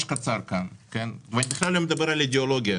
קצר, ובלי לדבר על אידיאולוגיה,